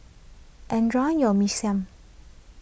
enjoy your Mee Siam